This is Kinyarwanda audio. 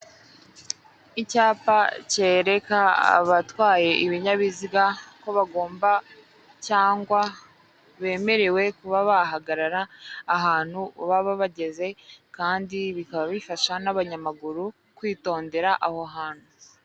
Icyapa cyereka abatwaye ibinyabiziga ko bagomba cyangwa, bemerewe kuba bahagarara ahantu baba bageze kandi bikaba bifasha n'abanyamaguru kwitondera aho hantu.